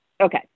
okay